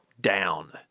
down